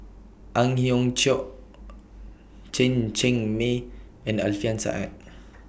Ang Hiong Chiok Chen Cheng Mei and Alfian Sa'at